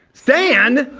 stan!